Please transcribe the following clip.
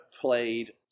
played